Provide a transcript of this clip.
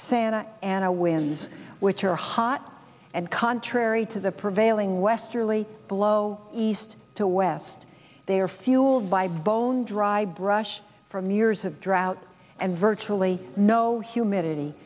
santa ana winds which are hot and contrary to the prevailing westerly blow east to west they are fuelled by bone dry brush from years of drought and virtually no humidity